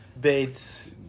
Bates